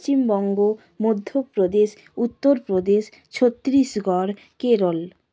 Paschimbanga Madhya Pradesh Uttar Pradesh Chhattisgarh Kerala